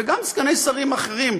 וגם סגני שרים אחרים,